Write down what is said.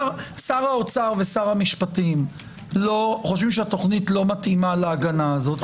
אם שר האוצר ושר המשפטים יחשבו שהתוכנית לא מתאימה להגנה הזאת,